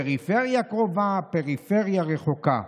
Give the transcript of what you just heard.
פריפריה קרובה ופריפריה רחוקה,